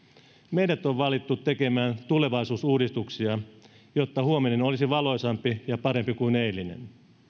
meidät on valittu tekemään tulevaisuusuudistuksia jotta huominen olisi valoisampi ja parempi kuin eilinen